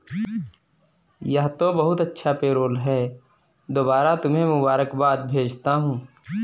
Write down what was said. यह तो बहुत अच्छा पेरोल है दोबारा तुम्हें मुबारकबाद भेजता हूं